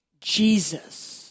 Jesus